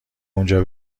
اونجا